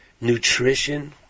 nutrition